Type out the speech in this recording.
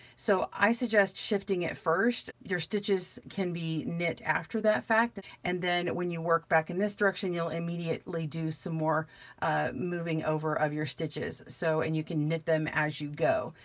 so i suggest shifting it first. your stitches can be knit after that fact. and then when you work back in this direction, you'll immediately do some more moving over of your stitches, so, and you can knit them as you go.